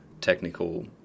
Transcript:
technical